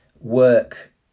work